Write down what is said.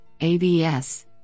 ABS